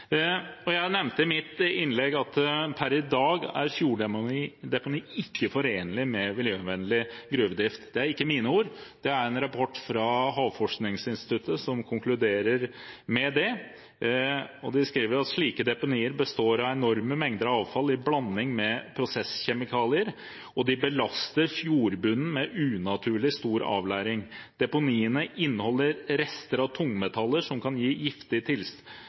Jeg nevnte i mitt innlegg at per i dag er fjorddeponi ikke forenlig med miljøvennlig gruvedrift. Det er ikke mine ord, det er i en rapport fra Havforskningsinstituttet de konkluderer med det. De skriver at slike deponier «består av enorme mengder avfall i blanding med prosesskjemikalier» og belaster fjordbunnen med unaturlig stor avleiring. Deponiene inneholder rester av tungmetaller som «kan gi